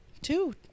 Two